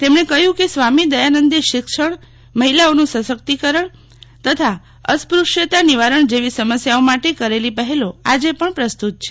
તેમણે કહ્યું કે સ્વામી દયાનંદે શિક્ષણ મહિલાઓનું સશક્તિકરણ તથા અસ્પ્રશ્યતા નિવારણ જેવી સમસ્યાઓ માટે કરેલી પહેલો આજે પણ પ્રસ્તૃત છે